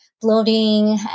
bloating